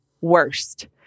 worst